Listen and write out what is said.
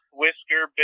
whisker